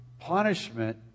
Punishment